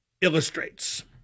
illustrates